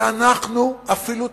ואנחנו אפילו תמכנו.